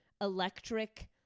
electric